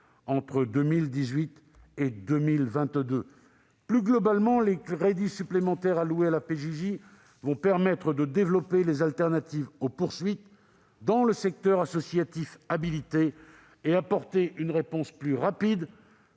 entre 2018 et 2022. Plus globalement, les crédits supplémentaires alloués à la PJJ permettront de développer les alternatives aux poursuites dans le secteur associatif habilité et apporter une réponse plus rapide